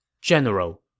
General